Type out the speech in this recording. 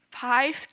five